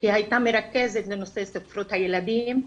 היא הייתה מרכזת לנושא ספרות הילדים,